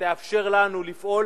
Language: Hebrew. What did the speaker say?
שתאפשר לנו לפעול